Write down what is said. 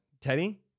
Teddy